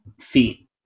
feet